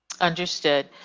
understood